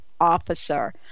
officer